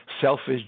selfish